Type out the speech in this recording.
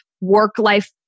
Work-life